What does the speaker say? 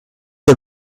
the